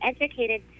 educated